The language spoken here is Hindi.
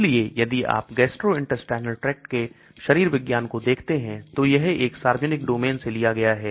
इसलिए यदि आप gastrointestinal tract के शरीर विज्ञान को देखते हैं तो यह एक सार्वजनिक डोमेन से लिया गया था